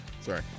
Sorry